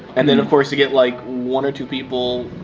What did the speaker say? and then of course you get like one or two people,